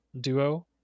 duo